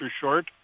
short